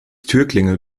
türklingel